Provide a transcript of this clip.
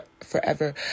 forever